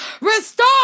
restore